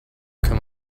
come